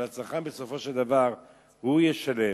אבל הצרכן, בסופו של דבר הוא ישלם.